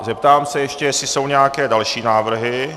Zeptám se ještě, jestli jsou nějaké další návrhy.